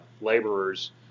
laborers